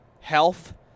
health